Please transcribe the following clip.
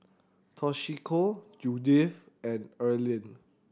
Toshiko Judyth and Erlene